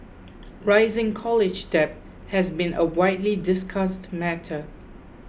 rising college debt has been a widely discussed matter